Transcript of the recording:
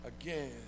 again